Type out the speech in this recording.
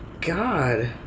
god